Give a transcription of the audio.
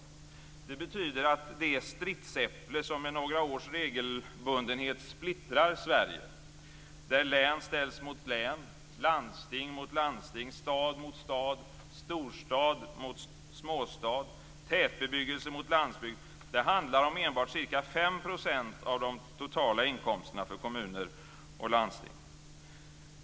Detta betyder att det stridsäpple som med några års regelbundenhet splittrar Sverige, där län ställs mot län, landsting mot landsting, stad mot stad, storstad mot småstad och tätbebyggelse mot landsbygd handlar om enbart ca 5 % av de totala inkomsterna för kommuner och landsting.